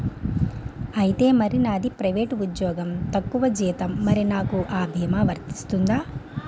ఐతే మరి నాది ప్రైవేట్ ఉద్యోగం తక్కువ జీతం మరి నాకు అ భీమా వర్తిస్తుందా?